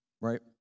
right